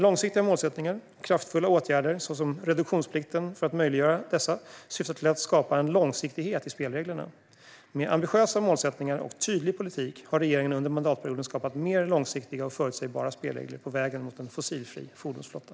Långsiktiga målsättningar och kraftfulla åtgärder för att möjliggöra dessa, såsom reduktionsplikten, syftar till att skapa en långsiktighet i spelreglerna. Med ambitiösa målsättningar och tydlig politik har regeringen under mandatperioden skapat mer långsiktiga och förutsägbara spelregler på vägen mot en fossilfri fordonsflotta.